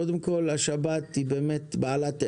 קודם כל השבת היא באמת בעלת ערך,